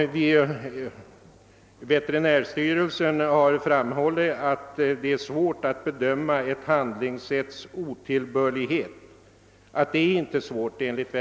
Veterinärstyrelsen har framhållit att det inte är svårt att bedöma när ett handlingssätt skall betraktas som otillbörligt.